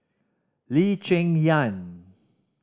Lee Cheng Yan